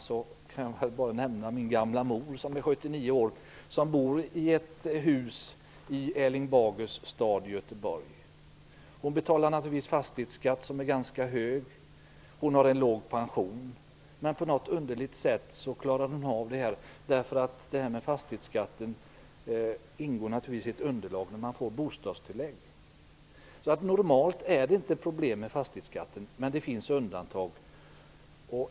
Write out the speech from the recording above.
Jag kan då nämna min gamla mor, som är 79 år och som bor i ett hus i Erling Bagers stad, Göteborg. Hon betalar naturligtvis en fastighetsskatt som är ganska hög. Hon har en låg pension. Men på något underligt sätt klarar hon av det här, eftersom fastighetsskatten naturligtvis ingår i underlaget för bostadstillägg. Normalt är det alltså inte problem med fastighetsskatten, men det finns undantag.